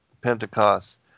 Pentecost